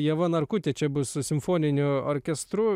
ieva narkutė čia bus su simfoniniu orkestru